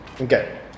Okay